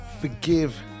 forgive